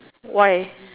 why